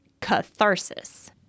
catharsis